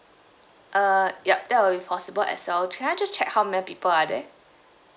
uh ya that will be possible as well can I just check how many people are there